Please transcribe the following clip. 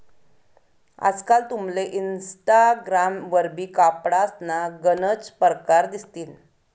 आजकाल तुमले इनस्टाग्राम वरबी कपडासना गनच परकार दिसतीन